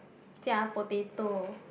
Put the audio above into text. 加 potato